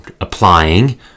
applying